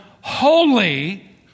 holy